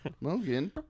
Logan